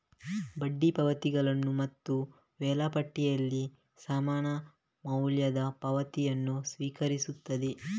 ಬಡ್ಡಿ ಪಾವತಿಗಳನ್ನು ಮತ್ತು ವೇಳಾಪಟ್ಟಿಯಲ್ಲಿ ಸಮಾನ ಮೌಲ್ಯದ ಪಾವತಿಯನ್ನು ಸ್ವೀಕರಿಸುತ್ತದೆ